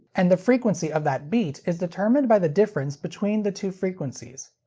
and the frequency of that beat is determined by the difference between the two frequencies.